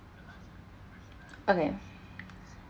okay